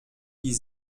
die